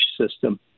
system